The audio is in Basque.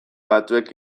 batzuek